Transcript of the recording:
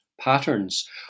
patterns